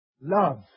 love